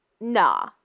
nah